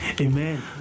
amen